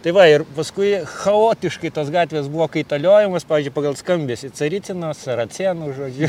tai va ir paskui chaotiškai tos gatvės buvo kaitaliojamos pavyzdžiui pagal skambesį caricino saracėnų žodžiu